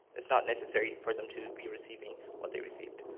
it's not necessary for them to be receiving what they received.